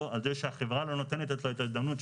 על זה שהחברה לא נותנת לו את ההזדמנות.